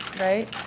right